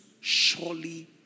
surely